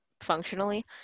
functionally